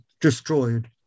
destroyed